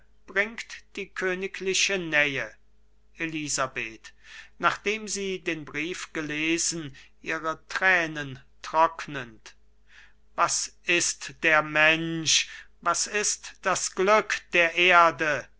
bringt die königliche nähe elisabeth nachdem sie den brief gelesen ihre tränen trocknend was ist der mensch was ist das glück der erde